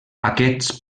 aquests